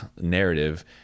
narrative